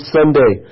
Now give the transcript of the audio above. Sunday